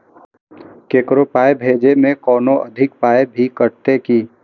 ककरो पाय भेजै मे कोनो अधिक पाय भी कटतै की?